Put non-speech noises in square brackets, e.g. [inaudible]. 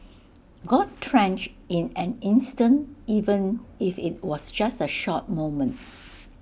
got drenched in an instant even if IT was just A short moment [noise]